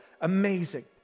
Amazing